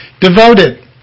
Devoted